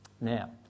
Now